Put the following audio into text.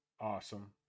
Awesome